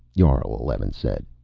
jarl eleven said.